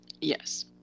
Yes